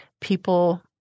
people